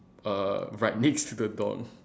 uh right next to the dog